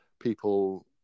people